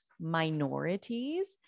minorities